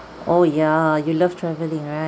oh ya you love travelling right